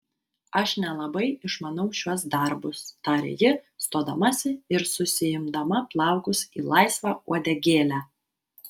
aš nelabai išmanau šiuos darbus tarė ji stodamasi ir susiimdama plaukus į laisvą uodegėlę